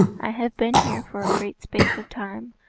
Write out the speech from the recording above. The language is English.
i have been here for a great space of time,